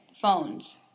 phones